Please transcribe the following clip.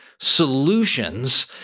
solutions